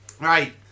Right